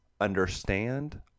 understand